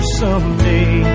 someday